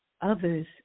Others